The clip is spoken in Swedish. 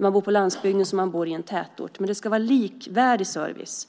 för dem som bor i tätort, men det ska vara likvärdig service.